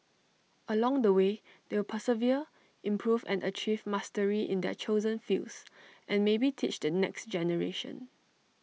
along the way they will persevere improve and achieve mastery in their chosen fields and maybe teach the next generation